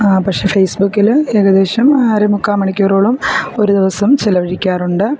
പക്ഷെ ഫേസ്ബുക്കിൽ ഏകദേശം അര മുക്കാൽ മണിക്കൂറോളം ഒരു ദിവസം ചിലവഴിക്കാറുണ്ട്